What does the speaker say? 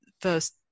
first